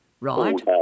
Right